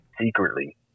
secretly